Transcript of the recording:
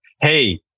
Hey